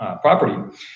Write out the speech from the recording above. property